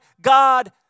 God